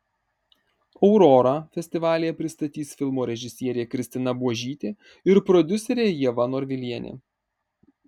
aurorą festivalyje pristatys filmo režisierė kristina buožytė ir prodiuserė ieva norvilienė